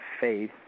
faith